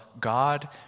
God